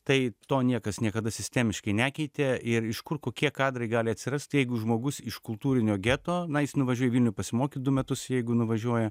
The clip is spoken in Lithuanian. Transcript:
tai to niekas niekada sistemiškai nekeitė ir iš kur kokie kadrai gali atsirasti jeigu žmogus iš kultūrinio geto na jis nuvažiuoja į vilnių pasimokė du metus jeigu nuvažiuoja